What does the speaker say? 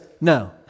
no